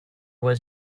was